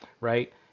right